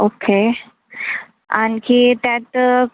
ओ खे आणखी त्यात